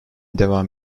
devam